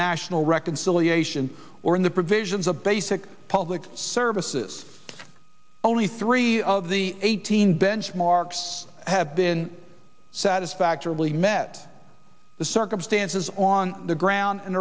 national reconciliation or in the provisions a basic public services only three of the eighteen benchmarks have been satisfactorily met the circumstances on the ground in